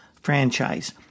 franchise